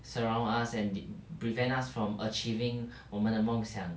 surround us and pre~ prevent us from achieving 我们的梦想